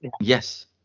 Yes